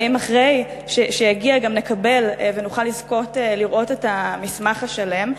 והאם אחרי שיגיע גם נקבל ונוכל לזכות לראות את המסמך השלם?